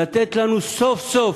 לתת לנו סוף-סוף